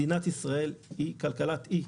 מדינת ישראל היא כלכלת אי,